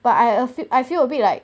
but I uh feel I feel a bit like